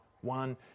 one